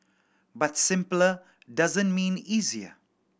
but simpler doesn't mean easier